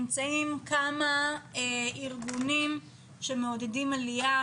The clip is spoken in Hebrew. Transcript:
יש כמה ארגונים שמעודדים עליה,